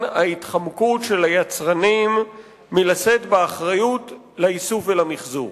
ההתחמקות של היצרנים מלשאת באחריות לאיסוף ולמיחזור.